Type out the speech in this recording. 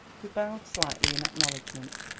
who bowed slightly in acknowledgment.